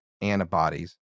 antibodies